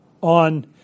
on